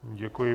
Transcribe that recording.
Děkuji.